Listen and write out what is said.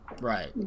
Right